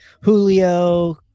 Julio